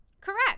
Correct